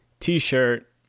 T-shirt